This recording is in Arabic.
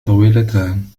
طويلتان